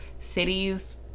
cities